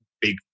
big